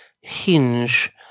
hinge